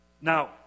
Now